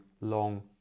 long